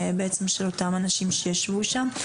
בעצם של אותם אנשים שישבו שם.